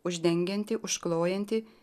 uždengianti užklojanti